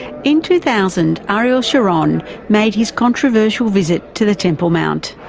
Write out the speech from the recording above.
in two thousand, ariel sharon made his controversial visit to the temple mount.